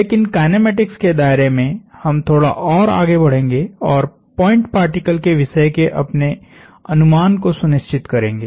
लेकिन काईनेमेटिक्स के दायरे में हम थोड़ा और आगे बढ़ेंगे और पॉइंट पार्टिकल के विषय के अपने अनुमान को सुनिश्चित करेंगे